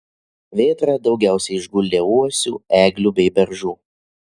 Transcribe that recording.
vėtra daugiausiai išguldė uosių eglių bei beržų